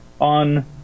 on